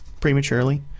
prematurely